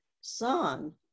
son